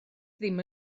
ddim